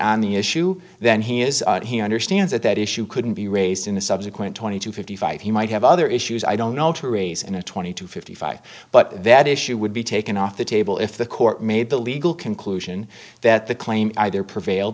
on the issue then he is he understands that that issue couldn't be raised in a subsequent twenty to fifty five he might have other issues i don't know to raise in a twenty two fifty five but that issue would be taken off the table if the court made the legal conclusion that the claim either prevail